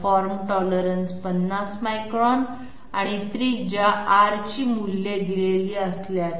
form tolerance 50 micron आणि त्रिज्या R ची मूल्ये दिलेली असल्यास